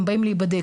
הם באים להיבדק.